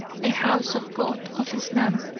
the house of god of islam,